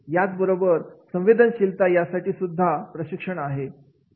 याच बरोबर संवेदनशीलता यासाठी सुद्धा प्रशिक्षण आहे